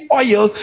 oil